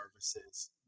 services